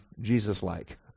Jesus-like